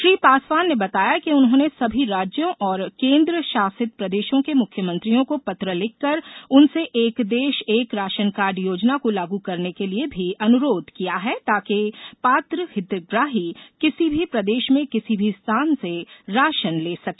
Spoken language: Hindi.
श्री पासवान ने बताया कि उन्होंने सभी राज्यों और केंद्रशासित प्रदेशों के मुख्यमंत्रियों को पत्र लिखकर उनसे एक देश एक राशन कार्ड योजना को लागू करने के लिए भी अनुरोध किया है ताकि पात्र हितग्राही किसी भी प्रदेश में किसी भी स्थान से राशन ले सके